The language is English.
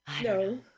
No